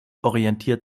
orientiert